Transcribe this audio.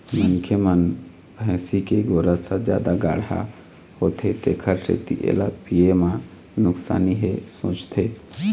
मनखे मन भइसी के गोरस ह जादा गाड़हा होथे तेखर सेती एला पीए म नुकसानी हे सोचथे